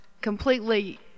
completely